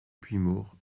puymaure